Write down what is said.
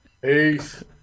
Peace